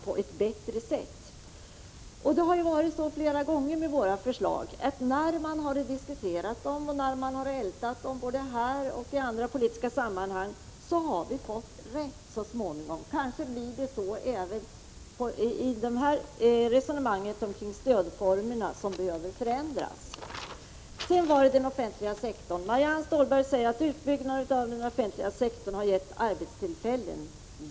Det har flera gånger varit så med våra förslag att när man har diskuterat dem och ältat dem här och i andra politiska sammanhang har vi så småningom fått rätt. Kanske blir det så även när det gäller våra resonemang kring stödformerna som behöver förändras. Marianne Stålberg säger att utbyggnaden av den offentliga sektorn har givit arbetstillfällen.